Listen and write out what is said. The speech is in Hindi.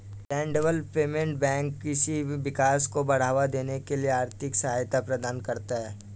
लैंड डेवलपमेंट बैंक कृषि विकास को बढ़ावा देने के लिए आर्थिक सहायता प्रदान करता है